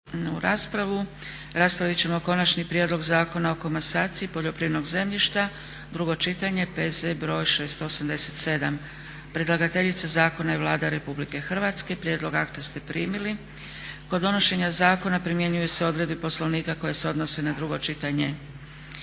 (SDP)** Raspravit ćemo: - Konačni prijedlog Zakona o komasaciji poljoprivrednog zemljišta, drugo čitanje, P.Z. br. 687 Predlagateljica zakona je Vlada RH. Prijedlog akta ste primili. Kod donošenja zakona primjenjuju se odredbe Poslovnika koje se odnose na drugo čitanje.